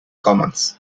commons